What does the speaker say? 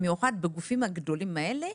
במיוחד בגופים הגדולים האלה,